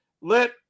let